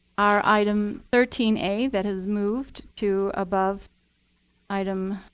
our item thirteen a that has moved to above item